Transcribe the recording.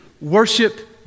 worship